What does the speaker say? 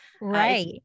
Right